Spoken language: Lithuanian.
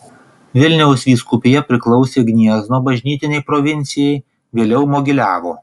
vilniaus vyskupija priklausė gniezno bažnytinei provincijai vėliau mogiliavo